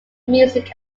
music